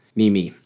nimi